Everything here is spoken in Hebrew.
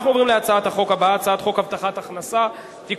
אנחנו עוברים להצעת החוק הבאה: הצעת חוק הבטחת הכנסה (תיקון,